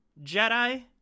Jedi